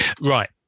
right